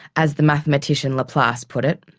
as the mathematician laplace put it.